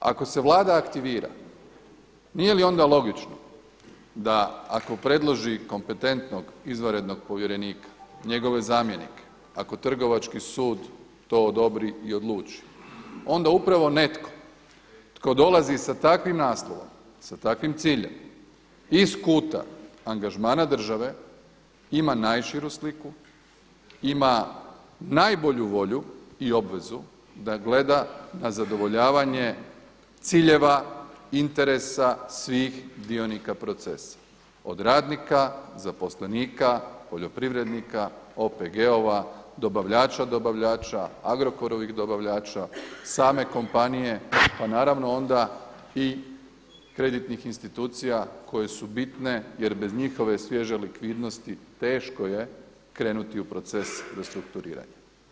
Ako se Vlada aktivira nije li onda logično da ako predloži kompetentnog izvanrednog povjerenika, njegove zamjenike, ako Trgovački sud to odobri i odluči onda upravo netko tko dolazi sa takvim naslovom, sa takvim ciljem iz kuta angažmana države ima najširu sliku, ima najbolju volju i obvezu da gleda na zadovoljavanje ciljeva, interesa svih dionika procesa od radnika, zaposlenika, poljoprivrednika, OPG-ova, dobavljača dobavljača, Agrokorovih dobavljača, same kompanije, pa naravno onda i kreditnih institucija koje su bitne jer bez njihove svježe likvidnosti teško je krenuti u proces restrukturiranja.